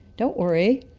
don't worry,